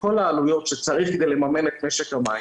כל העלויות שצריך כדי לממן את משק המים.